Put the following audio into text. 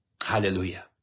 Hallelujah